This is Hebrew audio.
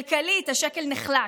כלכלית, השקל נחלש.